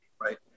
right